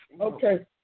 Okay